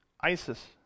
ISIS